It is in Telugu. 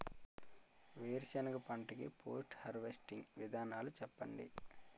వేరుసెనగ పంట కి పోస్ట్ హార్వెస్టింగ్ విధానాలు చెప్పండీ?